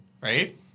Right